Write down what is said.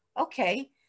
okay